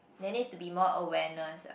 there needs to be more awareness ah